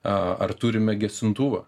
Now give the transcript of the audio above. a ar turime gesintuvą